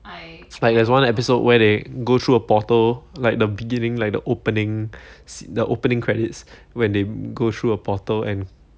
like there's one episode where they go through a portal like the beginning like the opening s~ the opening credits when they go through a portal and